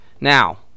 Now